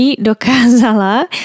dokázala